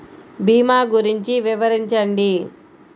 భీమా గురించి వివరించండి?